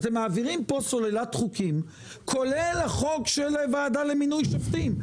אתם מעבירים כאן סוללת חוקים כולל החוק של הוועדה למינוי שופטים.